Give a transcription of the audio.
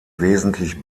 wesentlich